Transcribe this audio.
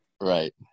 right